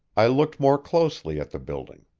i looked more closely at the building.